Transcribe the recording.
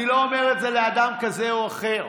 אני לא אומר את זה לאדם כזה או אחר.